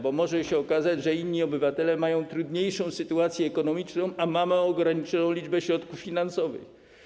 Bo może się okazać, że inni obywatele mają trudniejszą sytuację ekonomiczną, a mamy ograniczoną liczbę środków finansowych.